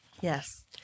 Yes